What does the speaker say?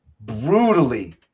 brutally